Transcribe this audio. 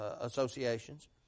associations